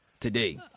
today